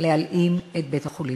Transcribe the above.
להלאים את בית-החולים.